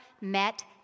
met